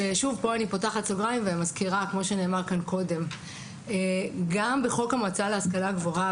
כשפה אני פותחת סוגרים ומזכירה שגם בחוק המועצה להשכלה גבוהה